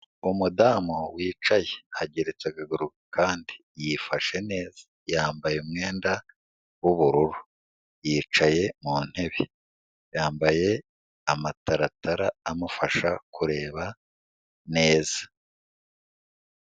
Umudamu wicaye ageretse akaguru ku kandi, yifashe neza, yambaye umwenda w'ubururu, yicaye mu ntebe, yambaye amataratara amufasha kureba neza.